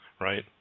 right